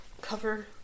cover